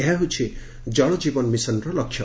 ଏହା ହେଉଛି ଜଳଜୀବନ ମିଶନ୍ର ଲକ୍ଷ୍ୟ